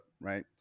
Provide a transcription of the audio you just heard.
right